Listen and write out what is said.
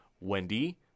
Wendy